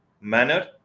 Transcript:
manner